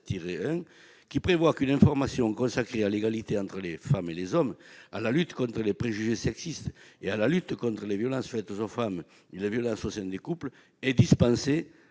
-qu'« une information consacrée à l'égalité entre les hommes et les femmes, à la lutte contre les préjugés sexistes, et à la lutte contre les violences faites aux femmes et les violences commises au sein du couple est dispensée